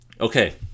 Okay